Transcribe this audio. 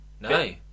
No